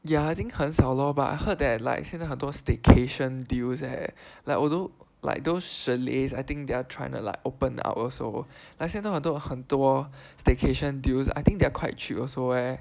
ya I think 很少 lor but I heard that like 现在很多 staycation deals leh like although like those chalets I think they are trying to like open up also like 现在有很多 staycation deals I think they are quite cheap also eh